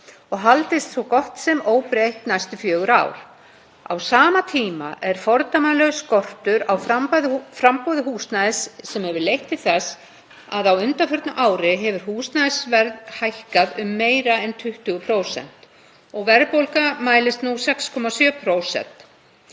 og haldist svo gott sem óbreytt næstu fjögur ár. Á sama tíma er fordæmalaus skortur á framboði húsnæðis sem hefur leitt til þess að undanfarið ár hefur húsnæðisverð hækkað um meira en 20% og verðbólga mælist nú 6,7%.